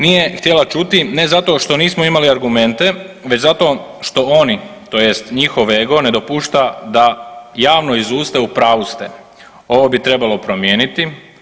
Nije htjela čuti ne zato što nismo imali argumente već zato što oni tj. njihov ego ne dopušta da javno izuste u pravu ste ovo bi trebalo promijeniti.